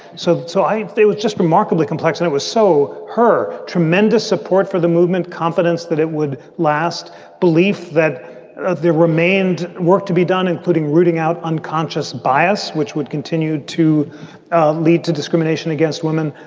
so so i was just remarkably complex. and it was so her tremendous support for the movement, confidence that it would last belief that there remained work to be done, including rooting out unconscious bias, which would continue to lead to discrimination against women,